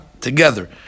together